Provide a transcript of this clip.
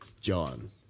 John